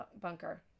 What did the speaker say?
bunker